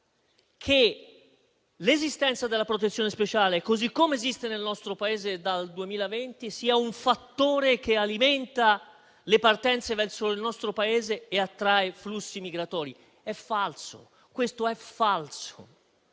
che l'esistenza della protezione speciale, così come esiste nel nostro Paese dal 2020, sia un fattore che alimenta le partenze verso il nostro Paese e attrae flussi migratori. Questo è falso.